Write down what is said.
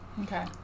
okay